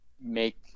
make